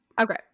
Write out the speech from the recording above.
Okay